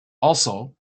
also